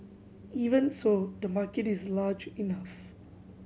even so the market is large enough